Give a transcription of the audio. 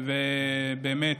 באמת,